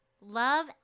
love